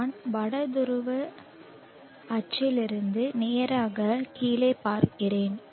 நான் வட துருவ துருவ அச்சில் இருந்து நேராக கீழே பார்க்கிறேன்